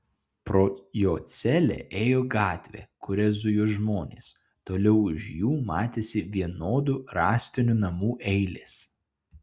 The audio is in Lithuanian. pro jo celę ėjo gatvė kuria zujo žmonės toliau už jų matėsi vienodų rąstinių namų eilės